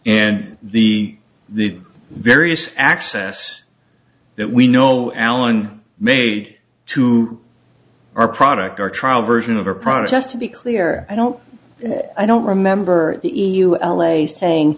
and the the various access that we know allan made to our product or trial version of our product just to be clear i don't i don't remember the e u l a saying